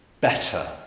better